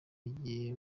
yagiye